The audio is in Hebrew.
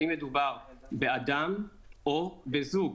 האם מדובר באדם או בזוג,